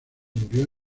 murió